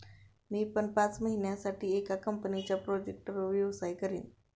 मी पण पाच महिन्यासाठी एका कंपनीच्या प्रोजेक्टवर व्यवसाय करीन